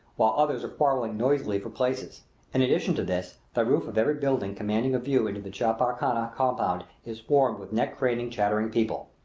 while others are quarreling noisily for places in addition to this, the roof of every building commanding a view into the chapar-khana compound is swarmed with neck-craning, chattering people.